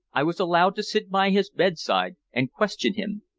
i was allowed to sit by his bedside and question him.